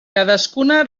cadascuna